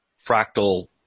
fractal